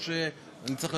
או שאני אצטרך ללכת?